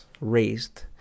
raised